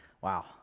Wow